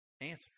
Answer